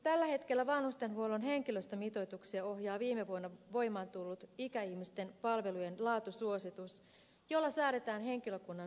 tällä hetkellä vanhustenhuollon henkilöstömitoituksia ohjaa viime vuonna voimaan tullut ikäihmisten palvelujen laatusuositus jolla säädetään henkilökunnan minimimitoituksesta